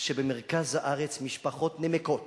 שבמרכז הארץ משפחות נמקות